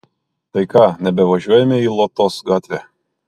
tai ką nebevažiuojame į lotos gatvę